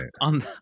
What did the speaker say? On